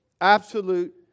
absolute